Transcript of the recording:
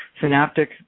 synaptic